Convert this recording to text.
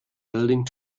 building